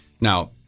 now